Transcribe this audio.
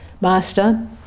master